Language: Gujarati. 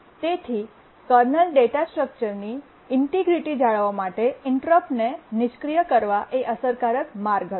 તેથી કર્નલ ડેટા સ્ટ્રક્ચરની ઇન્ટેગ્રિટી જાળવવા માટે ઇન્ટરપ્ટને નિષ્ક્રિય કરવા એ એક અસરકારક માર્ગ હતો